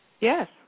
Yes